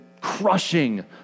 crushing